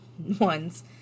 ones